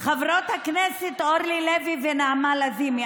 חברות הכנסת אורלי לוי ונעמה לזימי,